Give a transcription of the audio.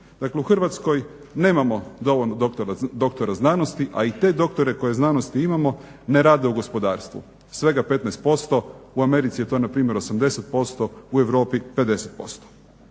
Dakle u Hrvatskoj nemamo dovoljno doktora znanosti, a i te doktore koje u znanosti imamo ne rade u gospodarstvu, svega 15%. U Americi je to npr. 80%, u Europi 50%.